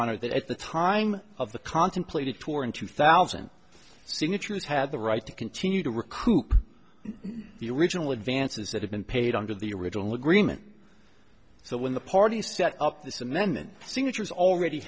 honor that at the time of the contemplated tour in two thousand signatures had the right to continue to recoup the original advances that have been paid under the original agreement so when the parties set up this amendment signatures already